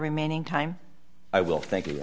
remaining time i will thank you